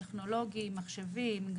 הטכנולוגי, מחשבים.